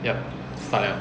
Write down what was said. yup start liao